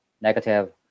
negative